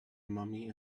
mommy